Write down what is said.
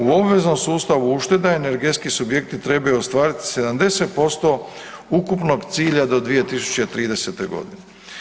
U obveznom sustavu ušteda energetski subjekti trebaju ostvariti 70% ukupnog cilja do 2030. godine.